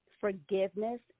forgiveness